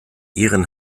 ihren